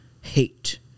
hate